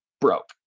broke